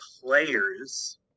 players